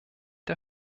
der